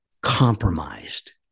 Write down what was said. compromised